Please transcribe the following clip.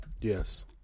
yes